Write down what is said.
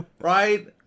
right